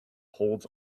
holds